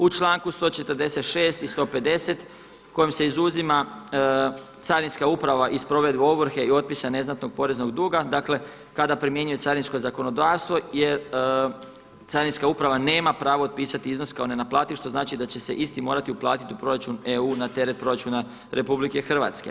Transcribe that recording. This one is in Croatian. U članku 146. i 150. kojima se izuzima carinska uprava iz provedbe ovrhe i otpisa neznatnog poreznog duga, dakle, kada primjenjuje carinsko zakonodavstvo jer carinska uprava nema pravo otpisati iznos kao nenaplativ, što znači da će se isti morati uplatiti u proračun EU na teret proračuna RH.